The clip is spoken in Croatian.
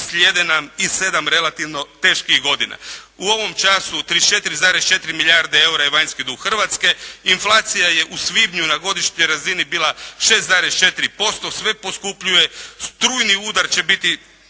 slijede nam i 7 relativno teških godina. U ovom času 34,4 milijarde eura je vanjski dug Hrvatske. inflacija je u svibnju na godišnjoj razini bila 6,4%, sve poskupljuje. Strujni udar će biti